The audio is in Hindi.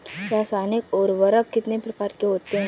रासायनिक उर्वरक कितने प्रकार के होते हैं?